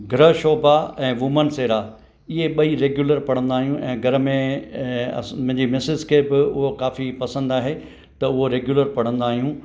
ग्रह शोभा ऐं वूमन सेरा इहे ॿई रेगुलर पढ़ंदा आहियूं ऐं घर में मुंहिंजी मिसिस खे बि उहो काफ़ी पसंदि आहे त उहो रेगुलर पढ़ंदा आहियूं